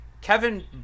kevin